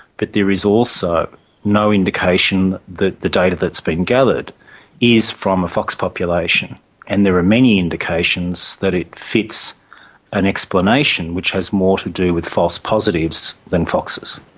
but there is also no indication that the data that's been gathered is from a fox population and there are many indications that it fits an explanation which has more to do with false positives then foxes.